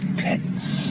tense